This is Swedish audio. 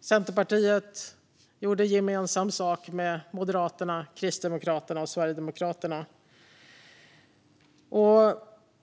Centerpartiet gjorde gemensam sak med Moderaterna, Kristdemokraterna och Sverigedemokraterna.